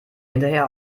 hinterher